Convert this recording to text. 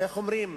ארבע שנים.